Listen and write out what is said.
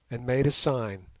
and made a sign,